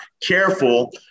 careful